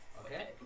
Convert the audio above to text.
Okay